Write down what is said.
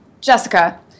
Jessica